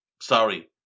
Sorry